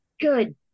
good